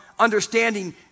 understanding